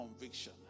conviction